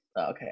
okay